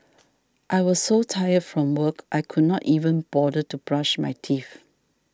I was so tired from work I could not even bother to brush my teeth